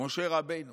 משה רבנו